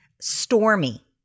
stormy